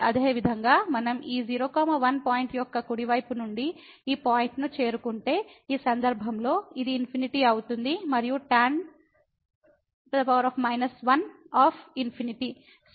అదేవిధంగా మనం ఈ 01 పాయింట్ యొక్క కుడి వైపు నుండి ఈ పాయింట్ను చేరుకుంటే ఈ సందర్భంలో ఇది అవుతుంది మరియు tan 1